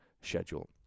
schedule